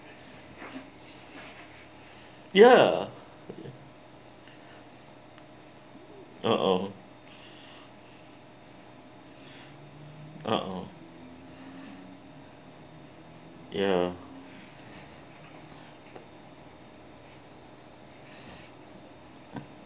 ya uh oh uh oh ya